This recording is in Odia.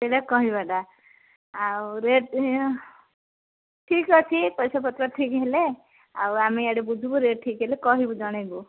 ସେଇଟା କହିବାଟା ଆଉ ରେଟ୍ ଠିକ୍ ଅଛି ପଇସା ପତ୍ର ଠିକ୍ ହେଲେ ଆଉ ଆମେ ଇଆଡ଼େ ବୁଝିବୁ ରେଟ୍ ଠିକ୍ ହେଲେ କହିବୁ ଜଣେଇବୁ